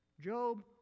Job